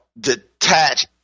detach